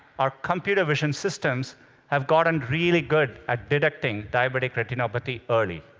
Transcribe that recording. our computer vision systems have gotten really good at detecting diabetic retinopathy early.